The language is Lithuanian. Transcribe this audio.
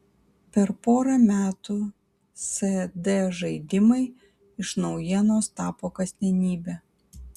per porą metų cd žaidimai iš naujienos tapo kasdienybe